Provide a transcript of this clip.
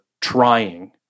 trying